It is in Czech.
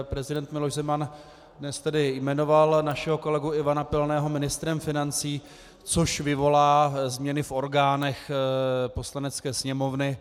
Prezident Miloš Zeman dnes jmenoval našeho kolegu Ivana Pilného ministrem financí, což vyvolá změny v orgánech Poslanecké sněmovny.